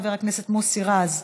חבר הכנסת מוסי רז,